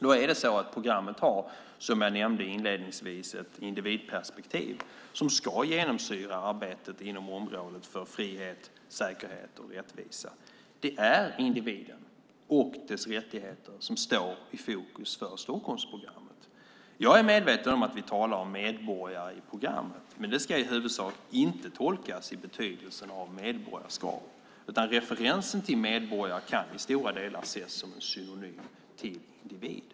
Som jag inledningsvis nämnde har programmet ett individperspektiv som ska genomsyra arbetet inom området för frihet, säkerhet och rättvisa. Det är individen och dennes rättigheter som står i fokus för Stockholmsprogrammet. Jag är medveten om att vi i programmet talar om "medborgare", men det ska i huvudsak inte tolkas i betydelsen "medborgarskap". Referensen "medborgare" kan i stället i stora delar ses som synonym till "individ".